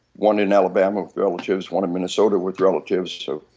one in alabama with relatives, one at minnesota with relatives so.